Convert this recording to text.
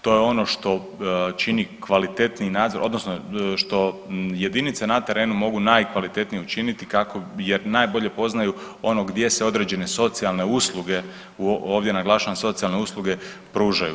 To je ono što čini kvalitetniji nadzor, odnosno što jedinice na terenu mogu najkvalitetnije učiniti jer najbolje poznaju gdje se određene socijalne usluge, ovdje naglašavam socijalne usluge pružaju.